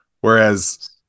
whereas